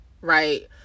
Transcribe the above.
right